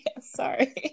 Sorry